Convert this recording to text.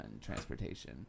transportation